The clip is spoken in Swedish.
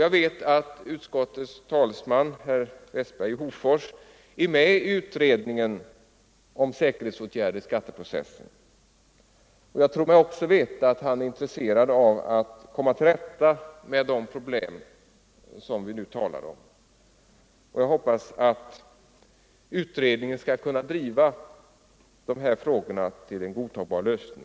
Jag vet att utskottets talesman, herr Westberg i Hofors, är med i utredningen om säkerhetsåtgärder i skatteprocessen. Jag tror mig också veta att han är intresserad av att komma till rätta med de problem som vi talar om, och jag hoppas att utredningen skall kunna driva de frågorna till en godtagbar lösning.